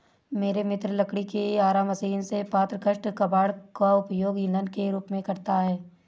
मेरा मित्र लकड़ी की आरा मशीन से प्राप्त काष्ठ कबाड़ का उपयोग ईंधन के रूप में करता है